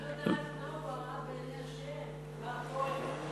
אני יודעת מה הוא הרע בעיני השם, מר כהן?